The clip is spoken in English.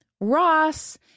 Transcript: Ross